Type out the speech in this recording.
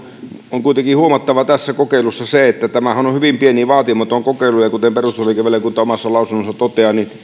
on kuitenkin huomattava tässä kokeilussa se että tämähän on on hyvin pieni vaatimaton kokeilu ja kuten perustuslakivaliokunta omassa lausunnossaan toteaa